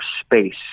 space